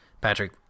Patrick